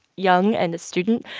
young and a student,